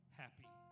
happy